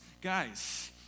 guys